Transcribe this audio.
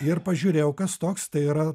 ir pažiūrėjau kas toks tai yra